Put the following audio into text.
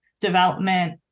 development